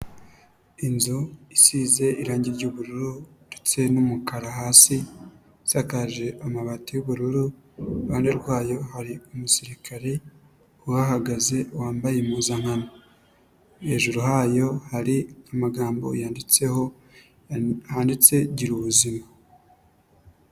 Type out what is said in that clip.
Inzu isize irange ry'ubururu ndetse n'umukara hasi, isakaje amabati y'ubururu iruhande rwayo hari umusirikare uhahagaze wambaye impuzankano, hejuru yayo hari amagambo yanditseho handitse gira ubuzima.